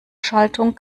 schaltung